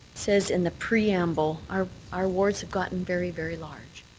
says in the preamble our our wards have gotten very, very large.